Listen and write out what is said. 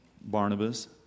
Barnabas